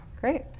Great